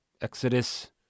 Exodus